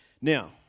Now